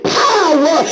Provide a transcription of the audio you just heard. power